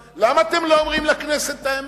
למה אתם לא אומרים לכנסת את האמת?